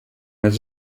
mehr